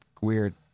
weird